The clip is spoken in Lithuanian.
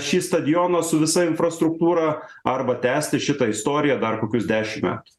šį stadioną su visa infrastruktūra arba tęsti šitą istoriją dar kokius dešimt metų